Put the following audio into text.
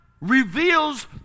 reveals